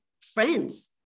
friends